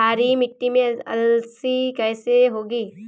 क्षारीय मिट्टी में अलसी कैसे होगी?